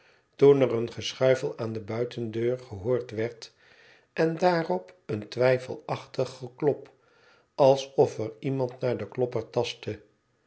toen er een geschuifel aan de buitendeur gehoord werd en daarop een twijfelachtig geklop alsof er iemand naar den klopper tastte